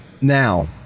Now